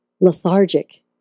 lethargic